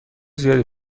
زیادی